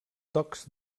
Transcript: tocs